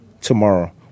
tomorrow